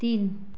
तीन